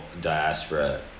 diaspora